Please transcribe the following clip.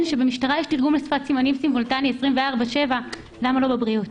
שבמשטרה יש תרגום לשפת סימנים סימולטנית 24/7. --- בבריאות.